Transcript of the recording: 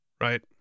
Right